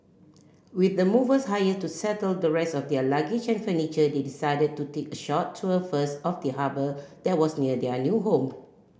with the movers hired to settle the rest of their luggage and furniture they decided to take a short tour first of the harbour that was near their new home